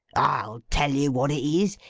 i'll tell you what it is.